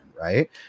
right